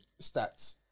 stats